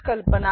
S0' X Y Cout